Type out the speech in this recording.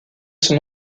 son